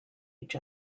each